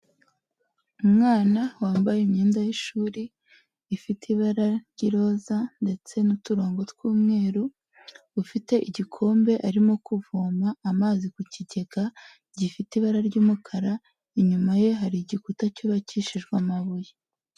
Umwana wambaye imyenda y'ishuri ifite ibara ry'iroza ndetse n'uturongo tw'umweru, ufite igikombe arimo kuvoma amazi ku kigega gifite ibara ry'umukara inyuma ye hari igikuta cyubakishijwe amabuye.